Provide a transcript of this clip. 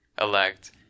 elect